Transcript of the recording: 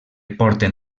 porten